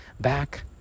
back